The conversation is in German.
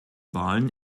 wahlen